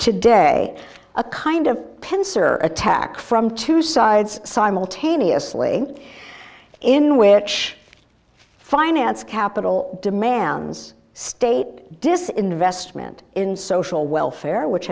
today a kind of pincer attack from two sides simultaneously in which finance capital demands state disinvestment in social welfare which